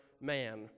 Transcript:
man